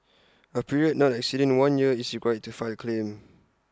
A period not exceeding one year is required to file A claim